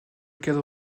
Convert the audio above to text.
cadre